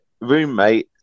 roommate